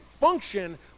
function